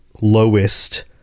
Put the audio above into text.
lowest